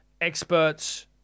experts